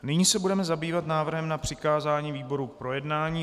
Nyní se budeme zabývat návrhem na přikázání výborům k projednání.